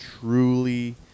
truly